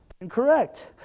Incorrect